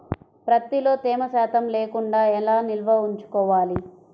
ప్రత్తిలో తేమ శాతం లేకుండా ఎలా నిల్వ ఉంచుకోవాలి?